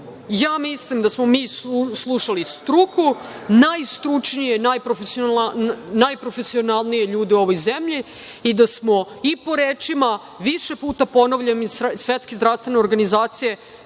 Ja mislim da smo mi slušali struku, najstručnije i najprofesionalnije ljude u ovoj zemlji i da smo i po rečima više puta ponavljam i Svetske zdravstvene organizacije